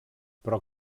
però